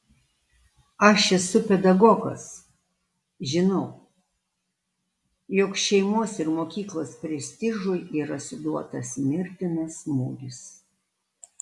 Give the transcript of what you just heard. aš esu pedagogas žinau jog šeimos ir mokyklos prestižui yra suduotas mirtinas smūgis